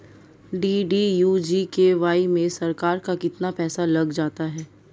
DDU GKY में सरकार का कितना पैसा लग जाता है?